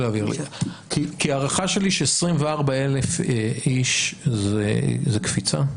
כי ההערכה שלי ש-24,000 איש זה קפיצה.